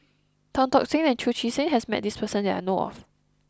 Tan Tock Seng and Chu Chee Seng has met this person that I know of